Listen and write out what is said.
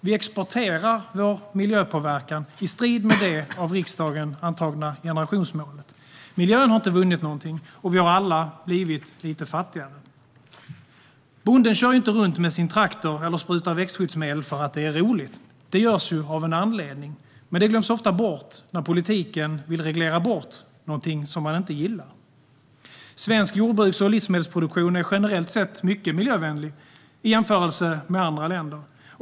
Vi exporterar vår miljöpåverkan, i strid med det av riksdagen antagna generationsmålet. Miljön har inte vunnit något. Och vi har alla blivit lite fattigare. Bonden kör ju inte runt med sin traktor eller sprutar växtskyddsmedel för att det är roligt. Det görs av en anledning, men det glöms ofta bort när politiken vill reglera bort något man inte gillar. Svensk jordbruks och livsmedelsproduktion är generellt sett mycket miljövänlig i jämförelse med andra länder.